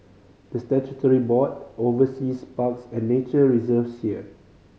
the statutory board oversees parks and nature reserves here